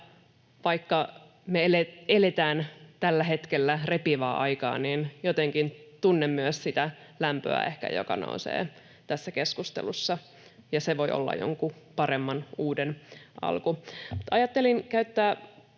vaikka me eletään tällä hetkellä repivää aikaa, niin jotenkin tunnen myös ehkä lämpöä, joka nousee tässä keskustelussa, ja se voi olla jonkun paremman, uuden alku. Ajattelin käyttää